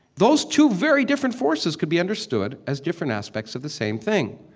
those two very different forces could be understood as different aspects of the same thing.